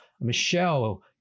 Michelle